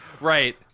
Right